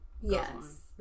yes